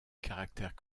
caractère